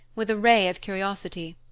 with a ray of curiosity.